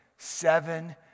Seven